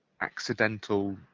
accidental